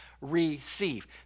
receive